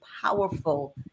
powerful